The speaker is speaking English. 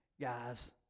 guys